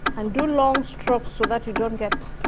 and do long strokes so that you don't get